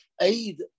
aid